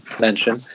mention